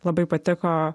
labai patiko